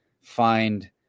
find